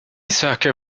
söker